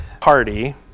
party